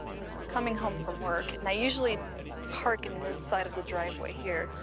i was coming home from work, and i usually park in this side of the driveway here.